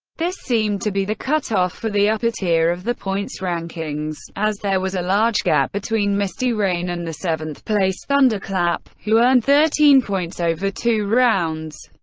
this seemed to be the cutoff for the upper tier of the points rankings, as there was a large gap between misty rain and the seventh place thunderclap, who earned thirteen points over two rounds.